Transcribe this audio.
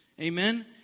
Amen